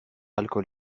alcool